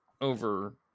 over